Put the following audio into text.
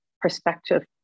perspective